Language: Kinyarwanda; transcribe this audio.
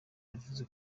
yavuze